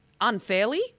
unfairly